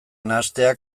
nahastea